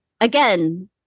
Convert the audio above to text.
Again